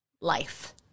life